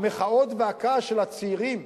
המחאות והכעס של הצעירים,